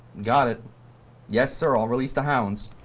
got it yes sir i'll release the hounds!